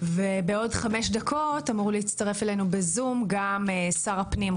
ובעוד חמש דקות אמור להצטרף אלינו בזום גם שר הפנים,